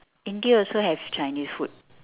india also have chinese food